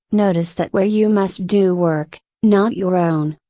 notice that where you must do work, not your own,